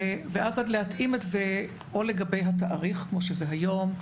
ואז גם להתאים את זה או לגבי התאריך כמו היום,